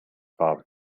war